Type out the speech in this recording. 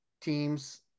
teams